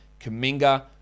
Kaminga